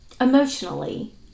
Emotionally